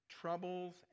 troubles